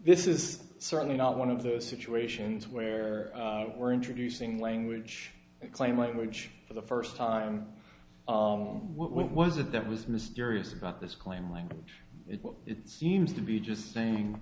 this is certainly not one of those situations where we're introducing language claim language for the first time what was it that was mysterious about this claim language is what it seems to be just saying